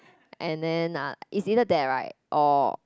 and then ah is either that right or